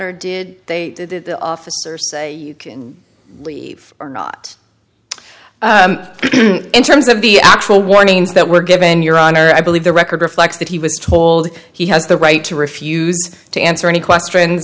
matter did they did did the officer say you can leave or not in terms of the actual warnings that were given your honor i believe the record reflects that he was told he has the right to refuse to answer any questions